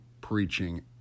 preaching